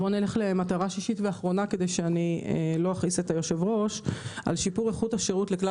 מטרה שישית ואחרונה: שיפור איכות השירות לכלל